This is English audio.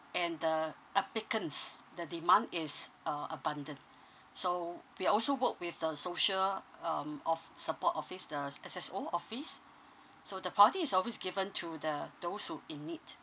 and the applicants the demand is uh abundant so we also work with the social um of support office the S~ S_S_O office so the priority is always given to the those who in need